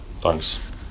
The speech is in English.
Thanks